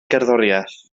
gerddoriaeth